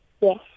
Yes